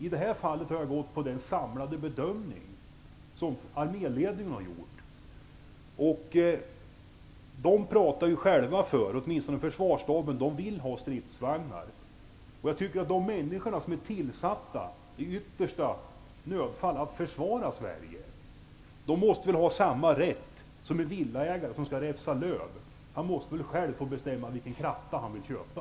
I detta fall har jag gått på den samlade bedömning som arméledningen har gjort. Åtminstone Försvarsstaben vill ha stridsvagnar. Jag tycker att de människor som är tillsatta att i yttersta nödfall försvara Sverige måste ha samma rätt som en villaägare som skall räfsa löv. Villaägaren kan själv bestämma vilken kratta han skall köpa.